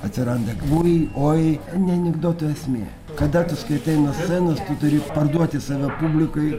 atsiranda kliūviai oi ne anekdotų esmė kada tu skaitai nuo scenos tu turi parduoti save publikai